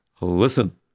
Listen